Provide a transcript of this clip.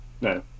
No